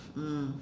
mm